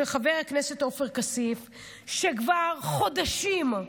שחבר הכנסת עופר כסיף כבר חודשים,